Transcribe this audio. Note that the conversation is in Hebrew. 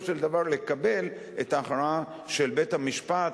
של דבר לקבל את ההכרעה של בית-המשפט.